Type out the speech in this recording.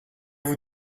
vous